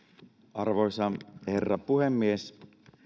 arvoisa herra puhemies